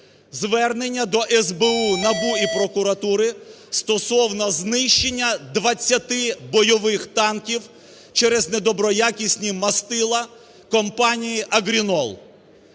звернення до СБУ, НАБУ і прокуратури стосовно знищення 20 бойових танків через недоброякісні мастила компанії "Агрінол".